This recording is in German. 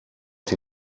die